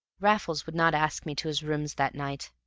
raffles would not ask me to his rooms that night.